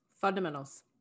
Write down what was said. fundamentals